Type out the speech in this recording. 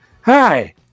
Hi